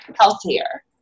healthier